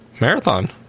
marathon